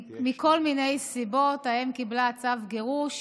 מכל מיני סיבות, האם קיבלה צו גירוש